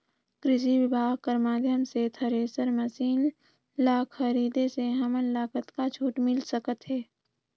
कृषि विभाग कर माध्यम से थरेसर मशीन ला खरीदे से हमन ला कतका छूट मिल सकत हे?